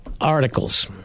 Articles